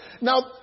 Now